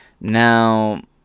Now